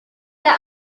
der